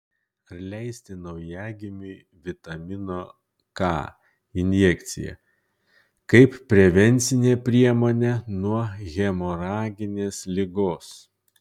ar leisti naujagimiui vitamino k injekciją kaip prevencinę priemonę nuo hemoraginės ligos